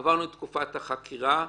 עברנו את תקופת החקירה,